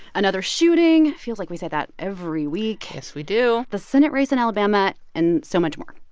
another shooting feels like we say that every week yes, we do the senate race in alabama and so much more.